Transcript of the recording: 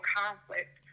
conflict